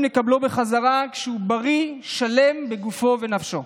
לקבלו בחזרה כשהוא בריא ושלם בגופו ובנפשו.